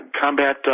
combat